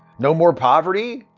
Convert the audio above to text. no more poverty,